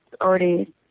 already